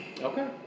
Okay